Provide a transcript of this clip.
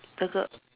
the girl